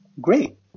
great